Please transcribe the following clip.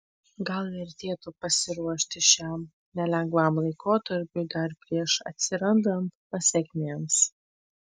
gal vertėtų pasiruošti šiam nelengvam laikotarpiui dar prieš atsirandant pasekmėms